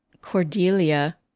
Cordelia